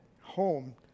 home